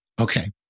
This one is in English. okay